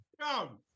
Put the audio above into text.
Come